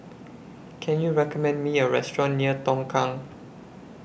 Can YOU recommend Me A Restaurant near Tongkang